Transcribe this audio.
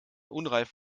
unreif